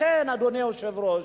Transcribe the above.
לכן, אדוני היושב-ראש,